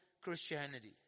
Christianity